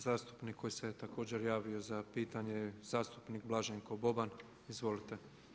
Zastupnik koji se također javio za pitanje je zastupnik Blaženko Boban, izvolite.